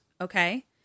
okay